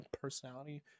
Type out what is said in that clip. personality